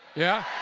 yeah?